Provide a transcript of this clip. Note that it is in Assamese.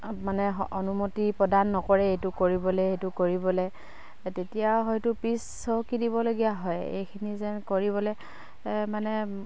মানে অনুমতি প্ৰদান নকৰে এইটো কৰিবলে সেইটো কৰিবলে তেতিয়া হয়তো পিছ হোঁহকি দিবলগীয়া হয় এইখিনি যেন কৰিবলে মানে